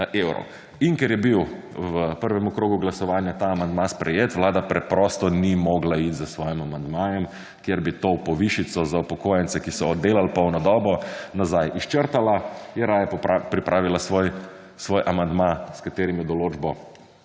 In ker je bil v prvem krogu glasovanja ta amandma sprejet Vlada preprosto ni mogla iti s svojim amandmajem, kjer bi to povišico za upokojence, ki so oddelali polno dobo nazaj izčrtala, je raje pripravila svoj amandma s katerim je določbo